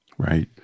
Right